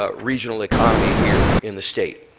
ah regional economy here in the state.